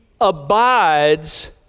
abides